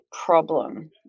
problem